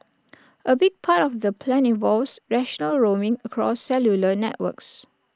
A big part of the plan involves national roaming across cellular networks